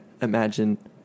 imagine